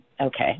Okay